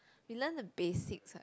we learn the basics